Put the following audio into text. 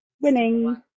Winning